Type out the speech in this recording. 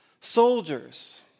Soldiers